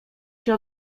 się